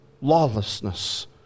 lawlessness